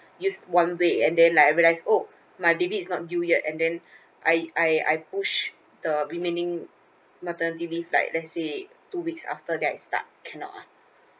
use one week and then I realise oh my baby is not due yet and then I I I push the remaining maternity leave like let's say two weeks after that is start cannot ah